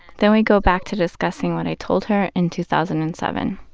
then we go back to discussing what i told her in two thousand and seven.